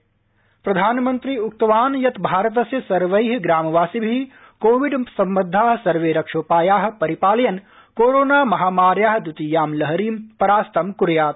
PM ग्रामीण भारत प्रधानमन्त्री उक्तवान् यत् भारतस्य सर्वै ग्रामवासिभि कोविड सम्बद्धा सर्वे रक्षोपाया परिपालयन् कोरोना महामार्या द्वितीयां लहरीं परास्ते कुर्यात्